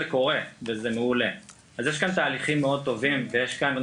שחולה יכול באישור של טופס להעביר את